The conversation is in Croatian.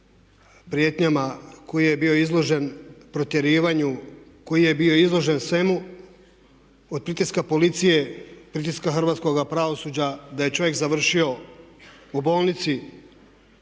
prijetnjama, koji je bio izložen protjerivanju, koji je bio izložen svemu od pritiska policije, pritiska hrvatskoga pravosuđa da je čovjek završio u bolnici.